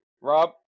Rob